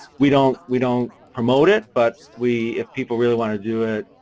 we don't we don't promote it but we. if people really want to do it,